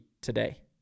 today